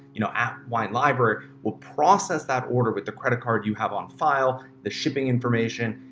you know, at wine library will process that order with the credit card you have on file, the shipping information,